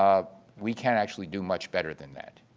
um we can actually do much better than that.